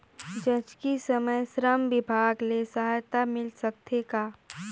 जचकी समय श्रम विभाग ले सहायता मिल सकथे का?